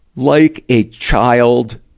like a child